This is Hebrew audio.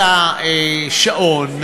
את השעון,